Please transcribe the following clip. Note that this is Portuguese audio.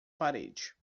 parede